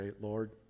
Lord